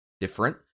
different